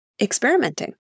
experimenting